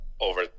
over